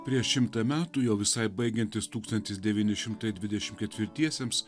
prieš šimtą metų jau visai baigiantis tūkstantis devyni šimtai dvidešim ketvirtiesiems